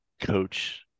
coach